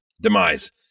demise